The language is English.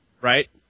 Right